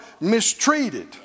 mistreated